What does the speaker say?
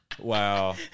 Wow